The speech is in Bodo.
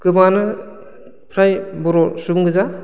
गोबाङानो फ्राय बर' सुबुं गोजा